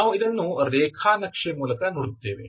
ಆದ್ದರಿಂದ ನಾವು ಇದನ್ನು ರೇಖಾ ನಕ್ಷೆ ಮೂಲಕ ನೋಡುತ್ತೇವೆ